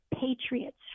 patriots